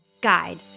guide